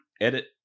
edit